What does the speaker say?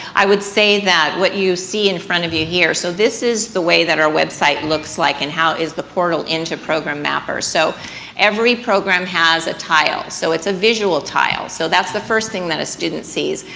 i would say that what you see in front of you here, so this is the way that our website looks like and how is the portal into program mappers, so every program has a tile, so it's a visual tile, so that's the first thing that a student sees.